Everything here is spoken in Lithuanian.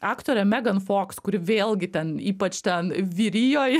aktorė megan foks kuri vėlgi ten ypač ten vyrijoj